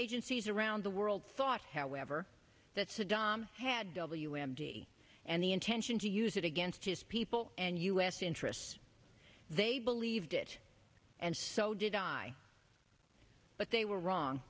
agencies around the world thought however that saddam had w m d and the intention to use it against his people and u s interests they believed it and so did i but they were wrong